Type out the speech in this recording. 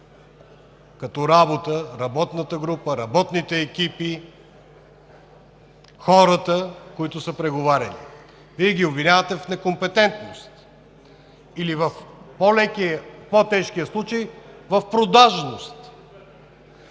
като работа работната група, работните екипи, хората, които са преговаряли. Вие ги обвинявате в некомпетентност или в по-тежкия случай – в продажност.